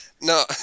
No